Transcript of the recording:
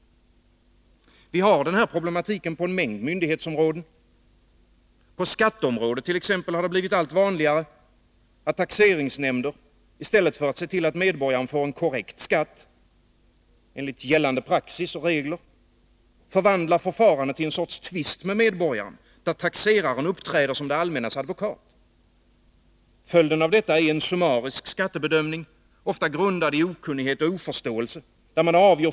Vi möter denna problematik på en mängd myndighetsområden. På t.ex. skatteområdet har det blivit allt vanligare att taxeringsnämnder, i stället för att se till att medborgaren får erlägga korrekt skatt enligt gällande praxis och regler, förvandlar förfarandet till en sorts tvist med medborgaren, där taxeraren uppträder som det allmännas advokat. Följden av detta blir en summarisk skattebedömning, ofta grundad i okunnighet och oförståelse.